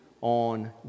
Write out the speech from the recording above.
on